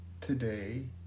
today